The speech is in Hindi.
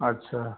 अच्छा